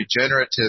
regenerative